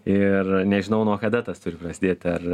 ir nežinau nuo kada tas turi prasidėti ar